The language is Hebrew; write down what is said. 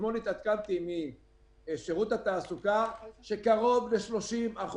אתמול התעדכנתי משירות התעסוקה שקרוב ל- 30%